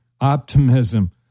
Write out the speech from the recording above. optimism